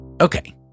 Okay